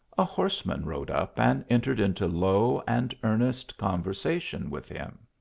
a horseman rode up and entered into low and earnest conversation with him.